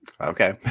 okay